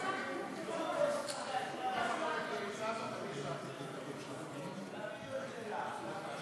הוועדה לקידום מעמד האישה,